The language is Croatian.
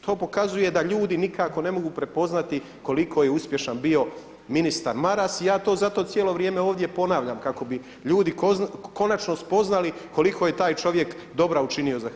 To pokazuje da ljudi nikako ne mogu prepoznati koliko je uspješan bio ministar Maras i ja to zato cijelo vrijeme ovdje ponavljam kako bi ljudi konačno spoznali koliko je taj čovjek dobra učinio za Hrvatsku.